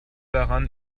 daran